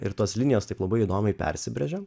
ir tos linijos taip labai įdomiai persibrėžia